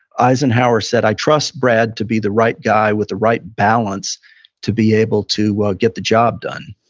eisenhower said, i trust brad to be the right guy with the right balance to be able to ah get the job done.